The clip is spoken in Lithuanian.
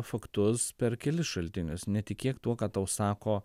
faktus per kelis šaltinius netikėk tuo ką tau sako